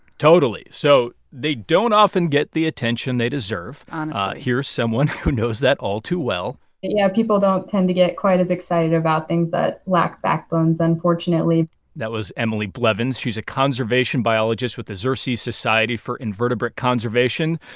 totally. so they don't often get the attention they deserve honestly ah here's someone who knows that all too well yeah, people don't tend to get quite as excited about things that lack backbones, unfortunately that was emilie blevins. she's a conservation biologist with the xerces society for invertebrate conservation,